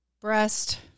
Breast